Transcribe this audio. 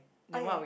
okay